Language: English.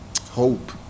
hope